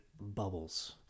bubbles